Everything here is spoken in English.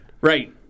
Right